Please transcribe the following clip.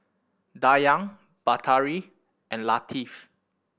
Dayang Batari and Latif